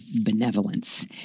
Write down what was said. benevolence